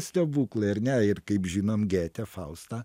stebuklai ar ne ir kaip žinom gėtę faustą